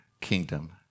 kingdom